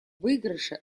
выигрыше